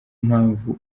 mpamvu